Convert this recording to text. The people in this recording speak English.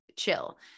Chill